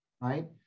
right